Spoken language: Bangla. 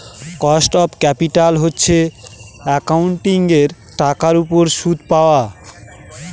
কস্ট অফ ক্যাপিটাল হচ্ছে একাউন্টিঙের টাকার উপর সুদ পাওয়া